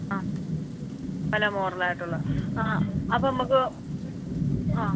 ആ പല മോഡലായിട്ടുള്ള ആ അപ്പോള് നമുക്ക് ആ